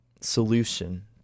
solution